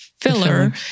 filler